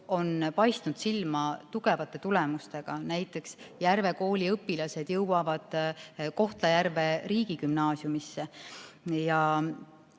on paistnud silma tugevate tulemustega. Näiteks jõuavad Järve kooli õpilased Kohtla-Järve riigigümnaasiumisse